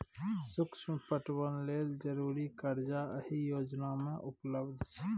सुक्ष्म पटबन लेल जरुरी करजा एहि योजना मे उपलब्ध छै